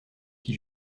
qui